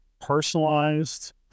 personalized